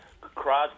Crosby